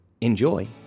Enjoy